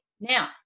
now